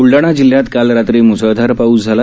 बुलढाणा जिल्ह्यात काल रात्री मुसळधार पाऊस झाला